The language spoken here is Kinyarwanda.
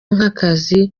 nk’akazi